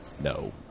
No